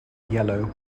yellow